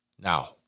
Now